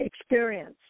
experience